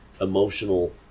emotional